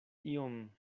iom